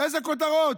אילו כותרות: